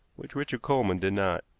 which richard coleman did not.